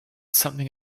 something